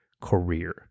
career